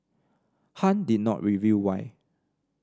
Han did not reveal why